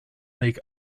make